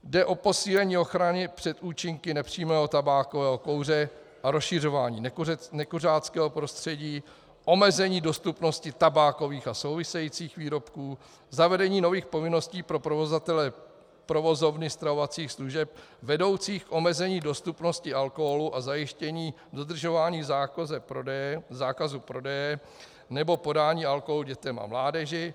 Jde o posílení ochrany před účinky nepřímého tabákového kouře a rozšiřování nekuřáckého prostředí, omezení dostupnosti tabákových a souvisejících výrobků, zavedení nových povinností pro provozovny stravovacích služeb vedoucích k omezení dostupnosti alkoholu a zajištění dodržování zákazu prodeje nebo podání alkoholu dětem a mládeži.